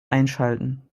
einschalten